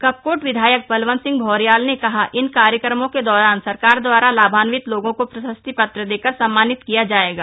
कपकोट विधायक बलवंत सिंह भौर्याल ने कहा इन कार्यक्रमों के दौरान सरकार द्वारा लाभान्वित लोगों को प्रशस्ति पत्र देकर सम्मानित किया जायेगा